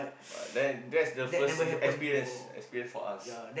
but then that's the first see experience experience for us